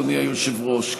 אדוני היושב-ראש,